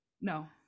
No